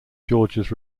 georges